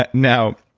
but now,